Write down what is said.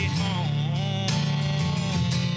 home